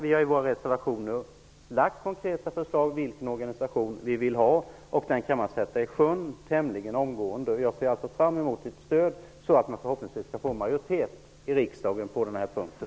Vi har i våra reservationer lagt fram konkreta förslag om den organisation vi vill ha. Den organisationen kan man sätta i sjön tämligen omgående. Jag ser alltså fram emot ett stöd, så att vi förhoppningsvis skall få en majoritet i riksdagen på den här punkten.